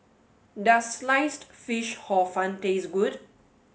does sliced fish hor fun taste good